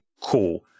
cool